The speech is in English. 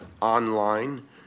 online